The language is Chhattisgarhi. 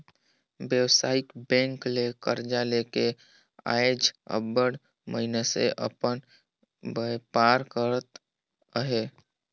बेवसायिक बेंक ले करजा लेके आएज अब्बड़ मइनसे अपन बयपार करत अहें